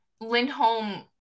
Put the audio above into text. Lindholm